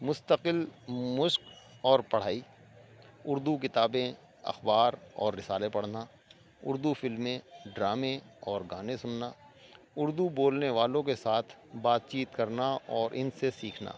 مستقل مشق اور پڑھائی اردو کتابیں اخبار اور رسالے پڑھنا اردو فلمیں ڈرامے اور گانے سننا اردو بولنے والوں کے ساتھ بات چیت کرنا اور ان سے سیکھنا